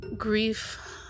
Grief